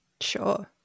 Sure